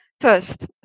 First